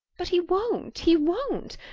but he won't, he won't!